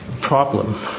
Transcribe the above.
problem